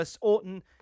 Orton